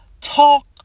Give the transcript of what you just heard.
talk